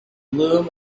bloom